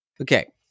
Okay